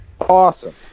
Awesome